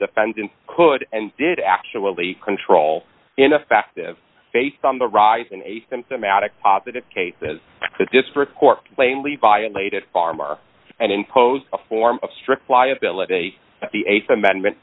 defendant could and did actually control ineffective based on the rise in a symptomatic positive case as the district court plainly violated farmer and imposed a form of strict liability the th amendment